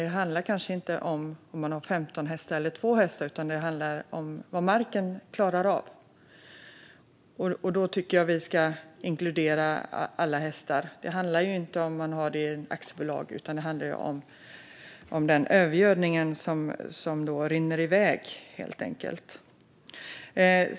Det handlar kanske inte om att man har 15 hästar eller 2 hästar, utan det handlar om vad marken klarar av. Då tycker jag att vi ska inkludera alla hästar. Det handlar ju inte om ifall man har det i aktiebolag, utan det handlar om den övergödning som rinner iväg, helt enkelt.